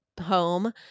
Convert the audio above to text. home